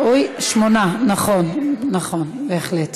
מהוועדה המיוחדת לדיון בהצעת חוק התכנון והבנייה (תיקון,